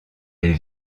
les